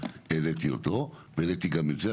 העליתי אותו והעליתי גם את זה,